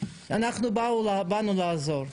אנחנו באנו לעזור.